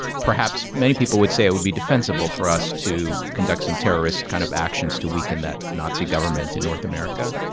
perhaps many people would say it would be defensible for us to conduct some terrorist kind of actions to weaken that nazi government in north america.